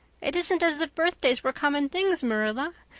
it isn't as if birthdays were common things, marilla.